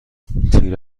تیر